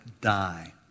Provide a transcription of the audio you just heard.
die